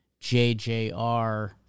JJR